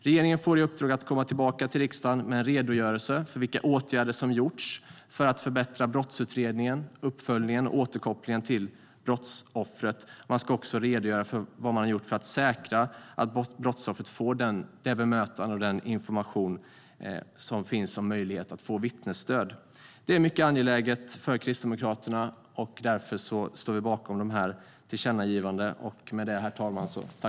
Regeringen får i uppdrag att komma tillbaka till riksdagen med en redogörelse för vilka åtgärder som gjorts för att förbättra brottsutredningen, uppföljningen och återkopplingen till brottsoffret. Man ska också redogöra för vad man har gjort för att säkra att brottsoffret får rätt bemötande och information om möjligheten att få vittnesstöd. Detta är mycket angeläget för Kristdemokraterna, och därför står vi bakom de här tillkännagivandena.